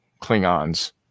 Klingons